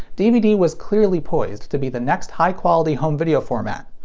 dvd was clearly poised to be the next high-quality home video format.